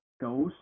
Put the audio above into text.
goes